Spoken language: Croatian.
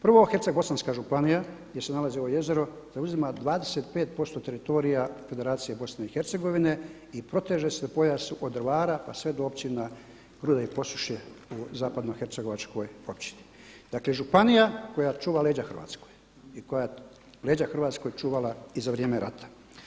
Prvo, Hercegbosanska županija gdje se nalazi ovo jezero zauzima 25% teritorija Federacije BiH i proteže se u pojasu od Drvara pa sve do Općina Grude i Posušje u Zapadno hercegovačkoj općini, dakle županija koja čuva leđa Hrvatskoj i koja je leđa Hrvatskoj čuvala i za rata.